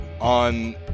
on